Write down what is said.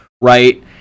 right